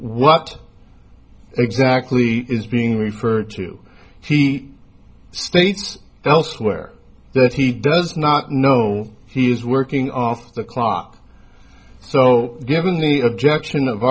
what exactly is being referred to he states elsewhere that he does not know he is working off the clock so given the objection of